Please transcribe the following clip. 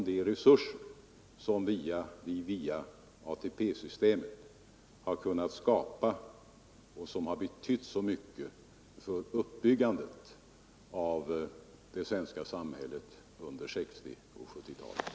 De resurser som vi tack vare ATP systemet har kunnat skapa har betytt oerhört mycket för uppbyggandet av det svenska samhället under 1960 och 1970-talen.